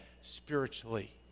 spiritually